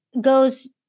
goes